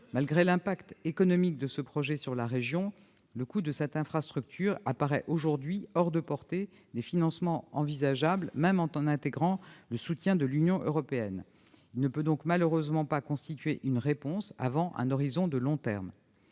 Malgré l'impact économique de ce projet sur la région, le coût de l'infrastructure paraît hors de portée des financements envisageables, même en intégrant le soutien de l'Union européenne. Il ne peut donc malheureusement pas constituer une réponse avant un horizon de long terme.